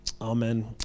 Amen